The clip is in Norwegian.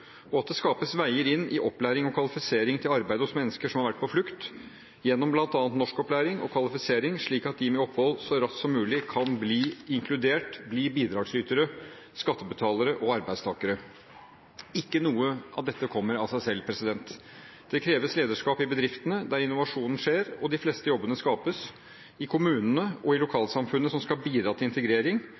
og at det skapes veier inn i opplæring og kvalifisering til arbeid for mennesker som har vært på flukt, gjennom bl.a. norskopplæring og kvalifisering, slik at de med opphold så raskt som mulig kan bli inkludert, bli bidragsytere, skattebetalere og arbeidstakere. Ikke noe av dette kommer av seg selv. Det kreves lederskap i bedriftene, der innovasjonen skjer og de fleste jobbene skapes, i kommunene og i lokalsamfunnene, som skal bidra til integrering,